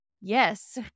yes